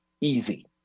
easy